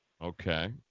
Okay